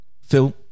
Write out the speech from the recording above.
Phil